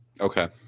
Okay